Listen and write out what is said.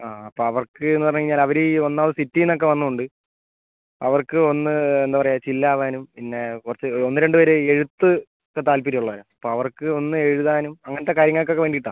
ആ അപ്പം അവർക്കെന്ന് പറഞ്ഞ് കഴിഞ്ഞാൽ അവർ ഈ ഒന്നാമത് സിറ്റിയിൽ നിന്നൊക്കെ വന്നതുകൊണ്ട് അവർക്ക് ഒന്ന് എന്താണ് പറയുക ചിൽ ആവാനും പിന്നെ കുറച്ച് ഒന്ന് രണ്ട് പേര് എഴുത്ത് താൽപ്പര്യം ഉള്ളവരാണ് അപ്പം അവർക്ക് ഒന്ന് എഴുതാനും അങ്ങനത്തെ കാര്യങ്ങൾക്കൊക്കെ വേണ്ടിയിട്ടാണ്